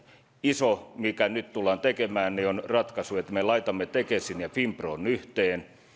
iso ratkaisu mikä nyt tullaan tekemään on että me laitamme tekesin ja finpron yhteen ja